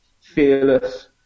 fearless